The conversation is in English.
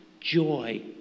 joy